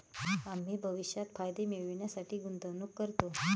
आम्ही भविष्यात फायदे मिळविण्यासाठी गुंतवणूक करतो